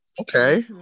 okay